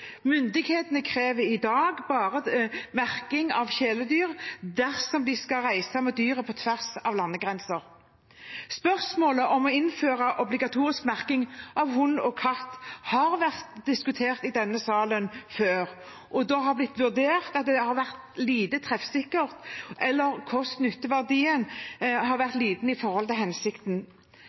Myndighetene krever i dag bare merking av kjæledyr dersom de skal reise med dyrene på tvers av landegrenser. Spørsmålet om å innføre obligatorisk merking av hund og katt har vært diskutert i denne salen før, og da er det blitt vurdert til å være lite treffsikkert, eller at kost–nytte-verdien har vært liten i forhold til hensikten.